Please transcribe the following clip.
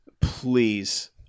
please